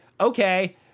okay